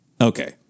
Okay